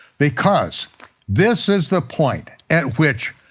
because this is the point at which,